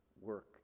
work